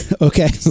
okay